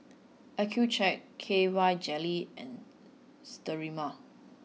Accucheck K Y Jelly and Sterimar